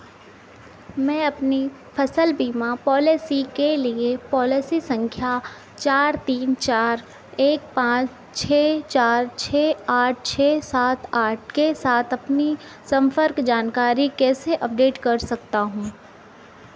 मैं अपनी फ़सल बीमा पॉलिसी के लिए पॉलिसी संख्या चार तीन चार एक पाँच छः चार छः आठ छः सात आठ के साथ अपनी संपर्क जानकारी कैसे अपडेट कर सकता हूँ